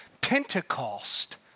Pentecost